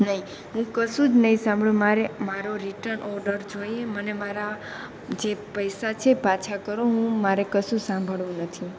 નહીં હું કશું જ નહીં સાંભળું મારે મારો રિટન ઓડર જોઈએ મને મારા જે પૈસા છે એ પાછા કરો હું મારે કશું સાંભળવું નથી